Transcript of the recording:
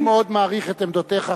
אני מאוד מעריך את עמדותיך,